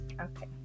Okay